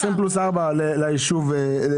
20 פלוס 4 ליישוב חברון.